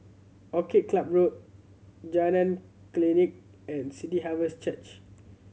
Orchid Club Road Jalan Klinik and City Harvest Church